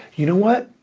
you know what,